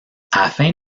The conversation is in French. afin